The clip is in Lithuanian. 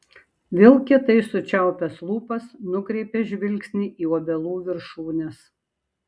vėl kietai sučiaupęs lūpas nukreipia žvilgsnį į obelų viršūnes